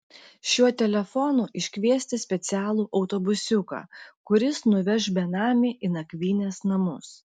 šiuo telefonu iškviesti specialų autobusiuką kuris nuveš benamį į nakvynės namus